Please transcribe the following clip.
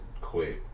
quit